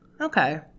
Okay